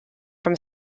from